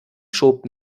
schob